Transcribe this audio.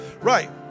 Right